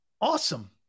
Awesome